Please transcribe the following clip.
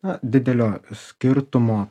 na didelio skirtumo